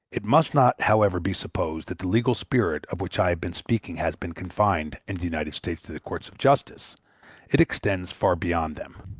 it must not, however, be supposed that the legal spirit of which i have been speaking has been confined, in the united states, to the courts of justice it extends far beyond them.